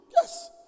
Yes